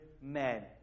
men